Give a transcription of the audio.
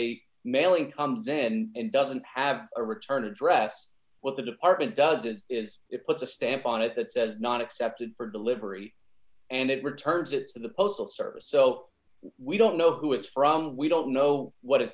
a mailing comes and doesn't have a return address what the department does is it puts a stamp on it that says not accepted for delivery and it returns it's the postal service so we don't know who it's from we don't know what it